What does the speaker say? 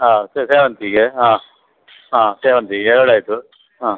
ಹಾಂ ಸೇವಂತಿಗೆ ಹಾಂ ಹಾಂ ಸೇವಂತಿಗೆ ಎರ್ಡು ಆಯಿತು ಹಾಂ